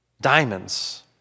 diamonds